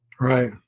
Right